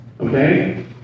Okay